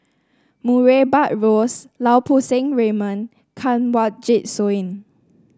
Murray Buttrose Lau Poo Seng Raymond Kanwaljit Soin